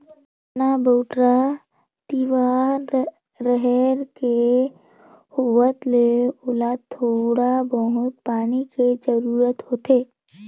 चना, बउटरा, तिंवरा, रहेर के होवत ले ओला थोड़ा बहुत पानी के जरूरत होथे